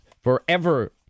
forever